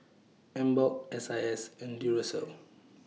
Emborg S I S and Duracell